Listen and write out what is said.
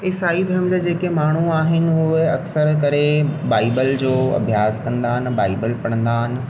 ईसाई धर्म जा जेके माण्हू आहिनि उहे अक्सरि करे बाइबल जो अभ्यास कंदा आहिनि बाइबल पढ़ंदा आहिनि